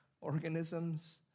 organisms